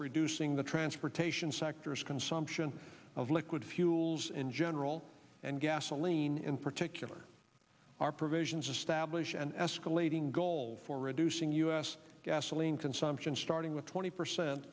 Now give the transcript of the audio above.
reducing the transportation sector as consumption of liquid fuels in general and gasoline in particular our provisions establish an escalating goal for reducing u s gasoline consumption starting with twenty percent